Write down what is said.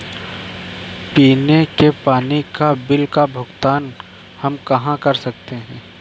पीने के पानी का बिल का भुगतान हम कहाँ कर सकते हैं?